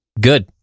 Good